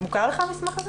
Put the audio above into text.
מוכר לך המסמך הזה?